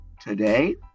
Today